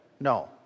No